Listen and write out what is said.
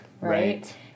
right